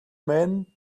man